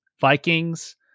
Vikings